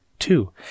Two